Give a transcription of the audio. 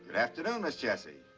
afternoon, miss jessie.